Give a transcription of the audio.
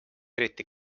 eriti